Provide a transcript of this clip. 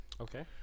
Okay